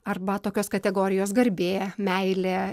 arba tokios kategorijos garbė meilė